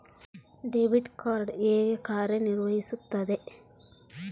Debit card ಹೇಗೆ ಕಾರ್ಯನಿರ್ವಹಿಸುತ್ತದೆ?